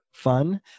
fun